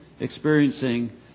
experiencing